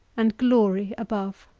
and glory above.